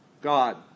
God